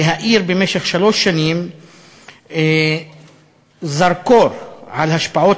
להאיר במשך שלוש שנים זרקור על השפעות